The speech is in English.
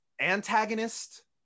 antagonist